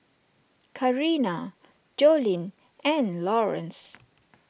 Carina Jolene and Lawrence